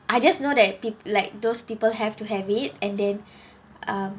I just know that like those people have to have it and then um